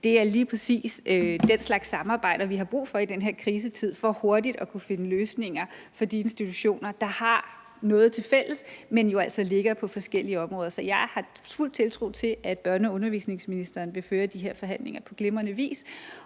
Det er lige præcis den slags samarbejder, vi har brug for i den her krisetid for hurtigt at kunne finde løsninger for de institutioner, der har noget til fælles, men som jo ligger på forskellige områder. Så jeg har fuld tiltro til, at børne- og undervisningsministeren vil føre de her forhandlinger på glimrende vis.